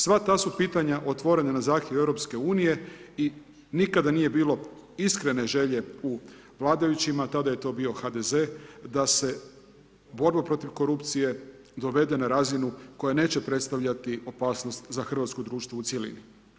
Sva ta su pitanja otvorena na zahtjev EU i nikada nije bilo iskrene želje u vladajućima, tada je to bio HDZ, da se borba protiv korupcije dovede na razinu koja neće predstavljati opasnost za hrvatsko društvo u cjelini.